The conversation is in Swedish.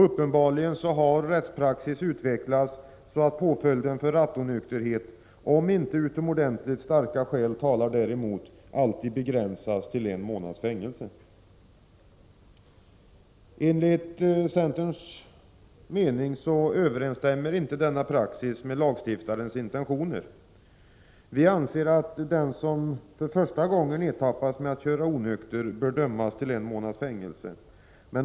Uppenbarligen har rättspraxis utvecklats så att påföljden för rattonykterhet, om inte utomordentligt starka skäl talar däremot, alltid begränsas till en månads fängelse. Enligt centerns mening överensstämmer inte denna praxis med lagstiftarens intentioner. Vi anser att den som för första gången ertappas med att köra onykter bör dömas till en månads fängelse.